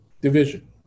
division